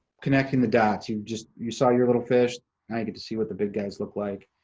connecting the dots, you just, you saw your little fish, now, you get to see what the big guys look like.